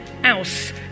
Else